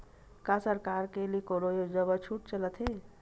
का सरकार के ले कोनो योजना म छुट चलत हे?